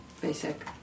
Basic